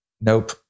Nope